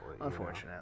Unfortunately